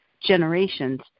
generations